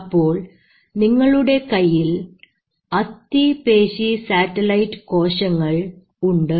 അപ്പോൾ നിങ്ങളുടെ കൈയ്യിൽ അസ്ഥിപേശി സാറ്റലൈറ്റ് കോശങ്ങൾ ഉണ്ട്